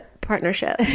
partnership